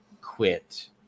quit